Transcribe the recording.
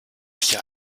hier